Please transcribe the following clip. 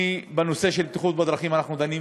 אנחנו דנים